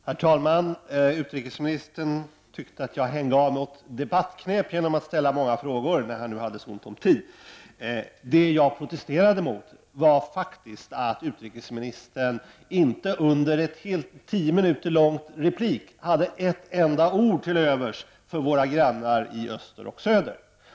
Herr talman! Utrikesministern tyckte att jag hängav mig åt debattknep när jag ställde många frågor, trots att han hade så ont om tid. Jag protesterade mot att utrikesministern under en tio minuter lång replik inte hade ett enda ord till övers för våra grannar i öster och i söder.